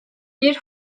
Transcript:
bir